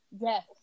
yes